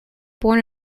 born